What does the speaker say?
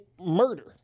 murder